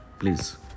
Please